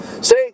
Say